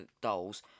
dolls